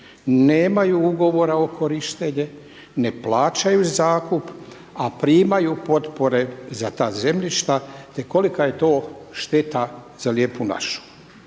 nemaju ugovora o korištenju, ne plaćaju zakup, a primaju potpore za ta zemljišta te koliko je to šteta za lijepu našu.